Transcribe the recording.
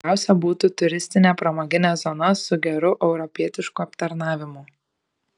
realiausia būtų turistinė pramoginė zona su geru europietišku aptarnavimu